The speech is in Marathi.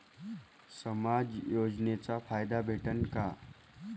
समाज योजनेचा फायदा भेटन का?